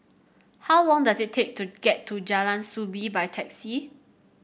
how long does it take to get to Jalan Soo Bee by taxi